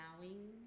allowing